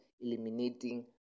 Eliminating